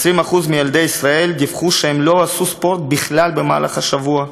20% מילדי ישראל דיווחו שהם לא עשו ספורט בכלל במהלך השבוע.